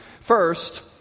First